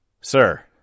Sir